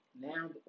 Now